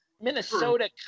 Minnesota